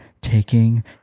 taking